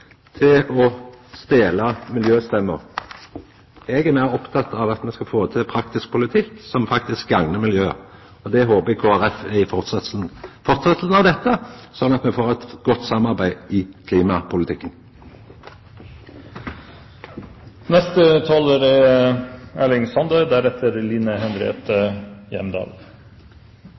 å stela miljøstemmer. Eg er meir oppteken av at me skal få til praktisk politikk som faktisk gagnar miljøet. Det håpar eg Kristeleg Folkeparti òg er i fortsetjinga av dette, slik at me får eit godt samarbeid i klimapolitikken. I rekkja av vedkjenningar vil eg på vegner av Senterpartiet seie at vi er